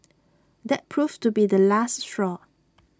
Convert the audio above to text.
that proved to be the last straw